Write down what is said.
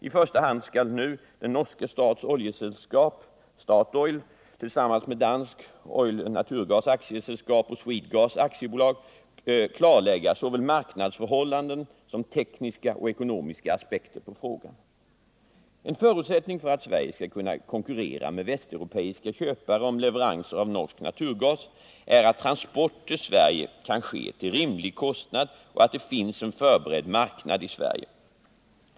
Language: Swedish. I första hand skall nu Den norske stats oljeselskap a.s. tillsammans med Dansk Olie & Naturgas A/S och Swedegas AB klarlägga såväl marknadsförhållanden som tekniska och ekonomiska aspekter på frågan. En förutsättning för att Sverige skall kunna konkurrera med västeuropeiska köpare om leveranser av norsk naturgas är att transport till Sverige kan ske till rimlig kostnad och att det finns en förberedd marknad i Sverige.